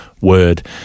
word